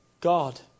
God